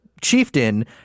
chieftain